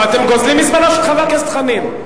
אבל אתם גוזלים מזמנו של חבר הכנסת חנין.